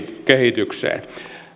kehitykseen